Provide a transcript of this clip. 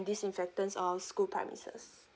disinfectants of school premises